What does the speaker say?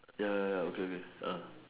ya ya ya okay okay uh